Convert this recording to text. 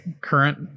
current